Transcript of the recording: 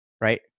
right